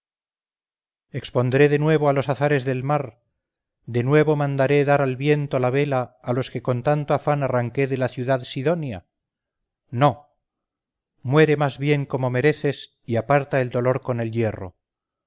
expondré de nuevo a los azares del mar de nuevo mandaré dar al viento la vela a los que con tanto afán arranqué de la ciudad sidonia no muere más bien como mereces y aparta el dolor con el hierro